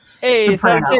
Hey